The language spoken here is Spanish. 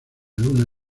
luna